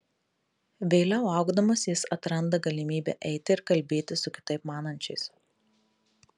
vėliau augdamas jis atranda galimybę eiti ir kalbėtis su kitaip manančiais